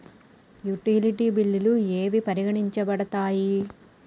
Utility బిల్లులు ఏవి పరిగణించబడతాయి?